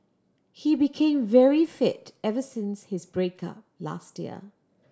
he became very fit ever since his break up last year